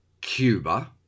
Cuba